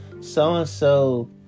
So-and-so